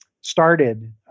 started